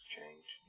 change